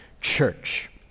Church